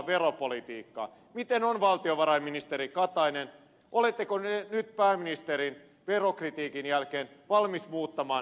miten on valtiovarainministeri katainen oletteko nyt pääministerin verokritiikin jälkeen valmis muuttamaan veropoliittista linjaanne